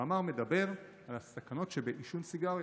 המאמר מדבר על הסכנות שבעישון סיגריות,